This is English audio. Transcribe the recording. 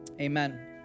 amen